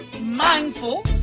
mindful